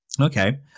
Okay